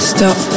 Stop